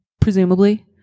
presumably